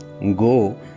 go